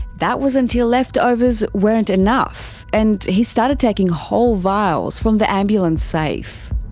that was until leftovers weren't enough, and he started taking whole vials from the ambulance safe.